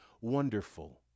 Wonderful